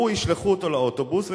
ישלחו אותו לאוטובוס,